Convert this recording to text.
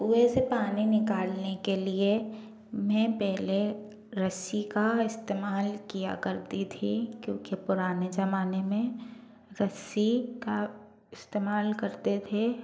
कुएँ से पानी निकालने के लिए मैं पहले रस्सी का इस्तेमाल किया करती थी क्योंकि पुराने ज़माने में रस्सी का इस्तेमाल करते थे